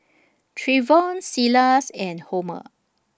Treyvon Silas and Homer